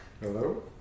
Hello